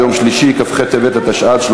בעד, 20,